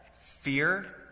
Fear